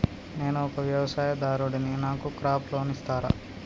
నేను ఒక వ్యవసాయదారుడిని నాకు క్రాప్ లోన్ ఇస్తారా?